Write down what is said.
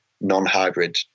non-hybrid